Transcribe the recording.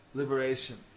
liberation